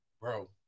Bro